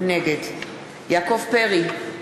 נגד יעקב פרי,